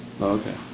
Okay